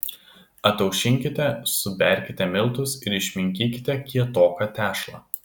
ataušinkite suberkite miltus ir išminkykite kietoką tešlą